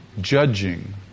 Judging